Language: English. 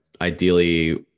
ideally